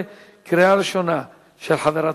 רבותי,